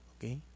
Okay